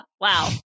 wow